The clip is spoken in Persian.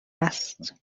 است